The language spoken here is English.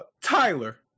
Tyler